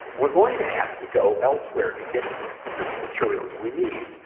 we're going to have to go elsewhere to get the materials we need,